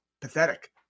pathetic